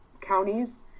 counties